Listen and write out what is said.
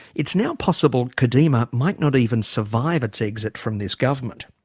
it's now possible kadima might not even survive its exit from this government.